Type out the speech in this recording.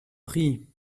prie